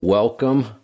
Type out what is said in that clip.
Welcome